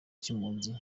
cy’impunzi